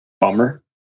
Bummer